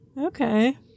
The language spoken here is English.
Okay